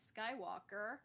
Skywalker